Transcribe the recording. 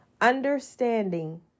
Understanding